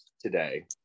today